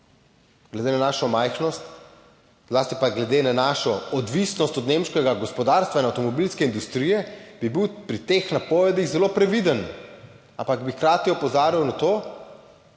Glede na našo majhnost, zlasti pa glede na našo odvisnost od nemškega gospodarstva in avtomobilske industrije bi bil pri teh napovedih zelo previden. Ampak bi hkrati opozarjal na to,